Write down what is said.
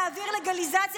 תירוצים.